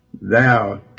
thou